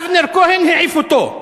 אבנר כהן העיף אותו,